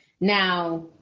Now